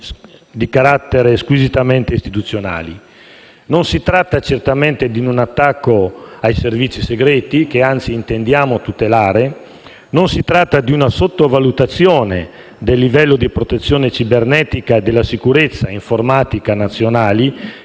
di carattere squisitamente istituzionale. Non si tratta certamente di un attacco ai servizi segreti, che anzi intendiamo tutelare, non si tratta di una sottovalutazione del livello di protezione cibernetica e della sicurezza informatica nazionali,